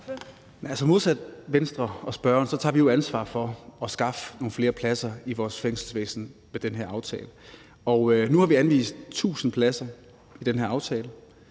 modsat Venstre og spørgeren tager vi jo ansvar for at skaffe nogle flere pladser i vores fængselsvæsen med den her aftale. Og nu har vi anvist 1.000 pladser i den her aftale;